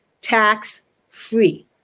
tax-free